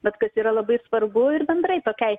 bet kas yra labai svarbu ir bendrai tokiai